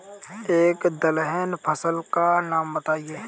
एक दलहन फसल का नाम बताइये